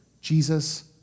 Jesus